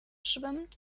schwimmt